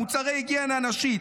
מוצרי היגיינה נשית,